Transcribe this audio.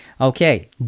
Okay